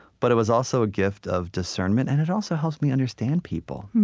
but it was also a gift of discernment, and it also helps me understand people